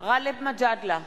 גאלב מג'אדלה,